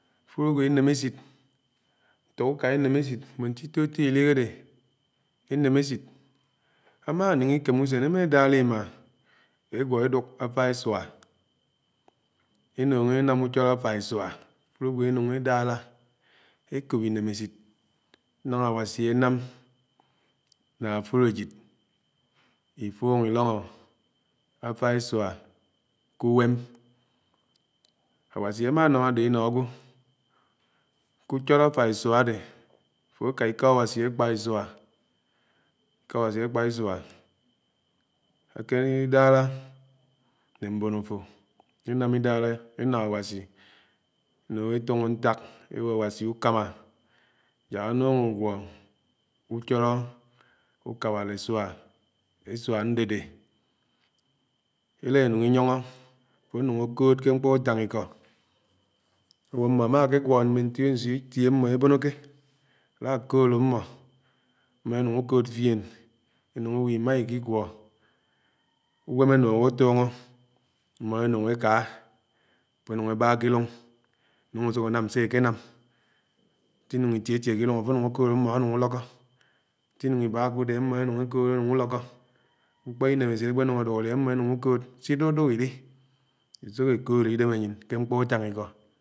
áfud ágwò é nèm ẽchid, ntó uká énóm échid mbõn si tó tó udi ádè é nèmèchid. Ámánùñ kém ùsèn émá dálá imáa, égwó é dùk àfà isuá énúñ énám úchọlọ àfà isuá áfud ágwò énúñ édárá, ékóp inèmèchid nághá Áwasi ánám ná áfúd ájid ifúño idóñó àfà isuá k’ùwém. Áwasi ámá nán ádé inó ágwò k’hchọlọ àfà isuá ádè àfò ká ikó Áwasi ákpá isuá ikó Áwasi ákpá isuá ákènám idálá né mbom àfò, áke nàm idálá ánò awasi enúñ étuño ntàk ébò Áwasi ukámá ják ánùk ágwò úchọlọ ukábárè isuà isuá ándèdè é la énúñ inyióñó àfò ánúñ ákòd kè mkpò útañ ikó bó mmó ámakè gwó mmé nsio nsio itiẽ ámmò ébonoke, á lá kod ámmò, ámmò énùñ ukod fién, énúñ ébo imáikigwó, ùwém ánúñ átóngó mmó énúñ ékaa, àfò núñ ábá k’ilóñ ánùñ ásùk nám sé ákè nám, si núñ tiẽ tiẽ k’ilóñ àfò ánuñ ákod ámmò ãnúñ á lókó, si núñ iba k’udé ámmò énùñ ùkod é lókó mkpò imèmèchid akpè nuñ ádùk ádi ámmò énuñ ùkod di duduk idi ésùk ékod idem ányin ké mkpò utáñ ikó.